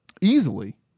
Easily